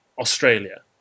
Australia